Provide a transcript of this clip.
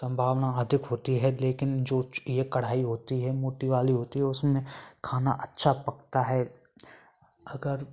संभावना अधिक होती है लेकिन जो च ये कड़ाही होती है मोटी वाली होती है उसमें खाना अच्छा पकता है अगर